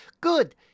good